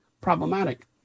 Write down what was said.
problematic